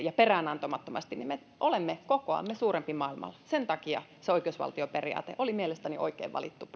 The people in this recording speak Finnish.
ja peräänantamattomasti me olemme kokoamme suurempi maailmalla sen takia se oikeusvaltioperiaate oli mielestäni oikein valittu